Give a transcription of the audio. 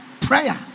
prayer